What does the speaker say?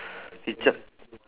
it just